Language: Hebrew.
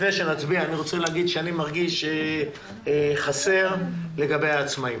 לפני שנצביע אני רוצה להגיד שאני מרגיש שחסר לגבי העצמאים.